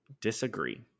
disagree